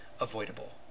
Avoidable